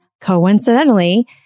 coincidentally